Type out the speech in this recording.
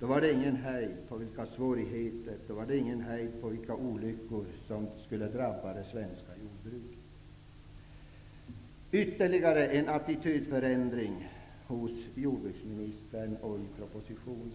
Då var det ingen hejd på vilka svårigheter och olyckor som skulle drabba det svenska jordbruket. Ytterligare en attitydförändring hos jordbruksministern, som märks i propositionen,